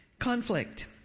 Conflict